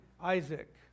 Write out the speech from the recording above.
Isaac